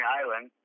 island